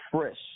fresh